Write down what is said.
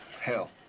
Hell